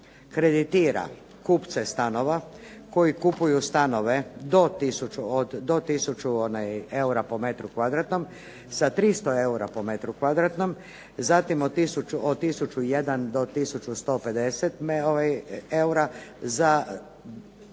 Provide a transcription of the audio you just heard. kreditira kupce stanova koji kupuju stanove do tisuću eura po metru kvadratnom sa 300 eura po metru kvadratnom. Zatim, od tisuću i jedan